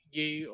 gay